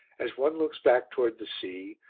as one looks back towards the sea,